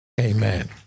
Amen